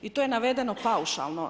I to je navedeno paušalno.